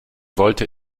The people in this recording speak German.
wollte